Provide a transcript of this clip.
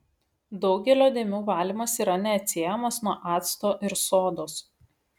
daugelio dėmių valymas yra neatsiejamas nuo acto ir sodos